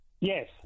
Yes